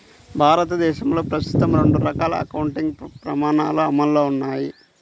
భారతదేశంలో ప్రస్తుతం రెండు రకాల అకౌంటింగ్ ప్రమాణాలు అమల్లో ఉన్నాయి